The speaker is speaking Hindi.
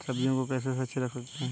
सब्जियों को कैसे सुरक्षित रख सकते हैं?